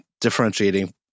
differentiating